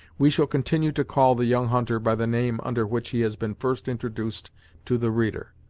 we shall continue to call the young hunter by the name under which he has been first introduced to the reader.